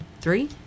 Three